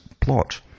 plot